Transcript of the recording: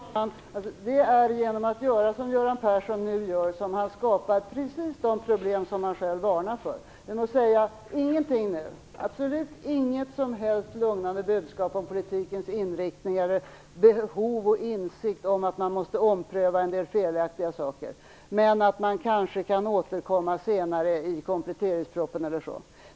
Fru talman! Det är genom att göra som Göran Persson nu gör som han skapar precis de problem som han själv varnar för. Han vill inte ge något som helst lugnande budskap om politikens inriktning och inte säga någonting om behovet av att ompröva en del felaktiga saker eller insikten om att man måste göra det men att man kanske kan återkomma senare, i kompletteringspropositionen eller liknande.